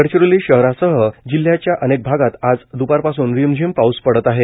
गडचिरोली शहरासह जिल्ह्याच्या अनेक भागात आज द्रपारपासून रिमझिम पाऊस पडत आहे